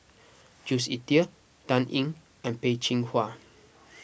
Jules Itier Dan Ying and Peh Chin Hua